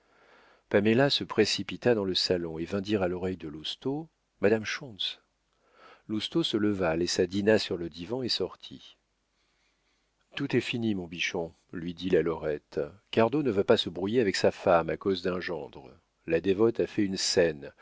paméla se précipita dans le salon et vint dire à l'oreille de lousteau madame schontz lousteau se leva laissa dinah sur le divan et sortit tout est fini mon bichon lui dit la lorette cardot ne veut pas se brouiller avec sa femme à cause d'un gendre la dévote a fait une scène